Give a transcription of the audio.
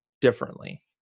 differently